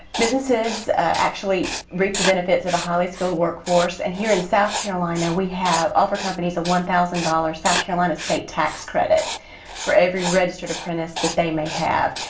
businesses actually reap the benefits of a highly skilled workforce and here in south carolina we offer companies a one thousand dollars south carolina state tax credit for every registered apprentice that they may have.